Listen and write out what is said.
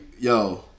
yo